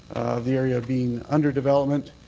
of the area being under development.